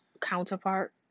counterpart